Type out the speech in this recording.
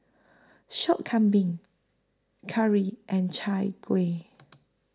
Sop Kambing Curry and Chai Kuih